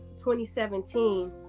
2017